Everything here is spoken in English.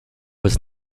was